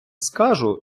скажу